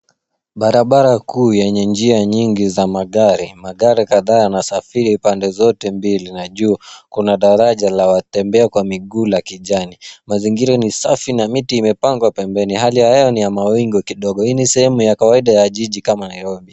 Barabara kuu yenye njia nyingi za magari. Magari kadhaa yanasafiri pande zote mbili na juu kuna daraja la watembea kwa miguu la kijani. Mazingira ni safi na miti imepangwa pembeni. Hali ya hewa ni ya mawingu kidogo. Hii ni sehemu ya kawaida ya jiji kama Nairobi.